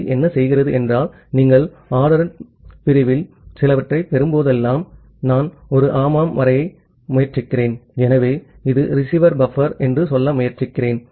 B என்ன செய்கிறது என்றால் நீங்கள் ஆர்டர் பிரிவில் சிலவற்றைப் பெறும்போதெல்லாம் நான் ஒரு ஆமாம் வரைய முயற்சிக்கிறேன் ஆகவே இது ரிசீவர் பஃபர் என்று சொல்ல முயற்சிக்கிறேன்